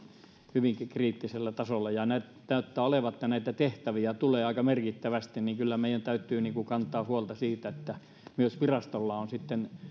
hyvinkin kriittisellä tasolla ja näyttää olevan että näitä tehtäviä tulee aika merkittävästi niin kyllä meidän täytyy kantaa huolta siitä että myös virastolla on sitten